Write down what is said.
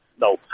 no